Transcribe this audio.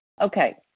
Okay